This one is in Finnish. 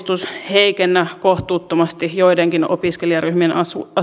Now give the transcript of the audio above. jottei uudistus heikennä kohtuuttomasti joidenkin opiskelijaryhmien